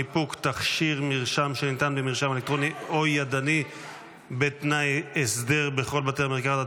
ניפוק תכשיר שניתן במרשם אלקטרוני או ידני בתנאי הסדר בכל בתי המרקחת),